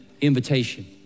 invitation